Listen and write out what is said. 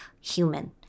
human